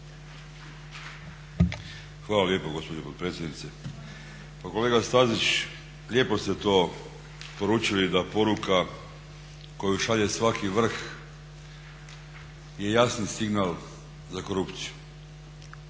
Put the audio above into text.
Hvala lijepo gospođo potpredsjednice. Pa kolega Stazić, lijepo ste to poručili da poruka koju šalje svaki vrh je jasni signal za korupciju.